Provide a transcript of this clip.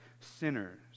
sinners